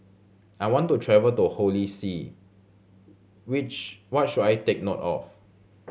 I want to travel to Holy See which what should I take note of